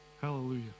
Hallelujah